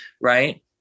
right